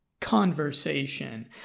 conversation